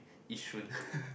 yishun